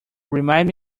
remind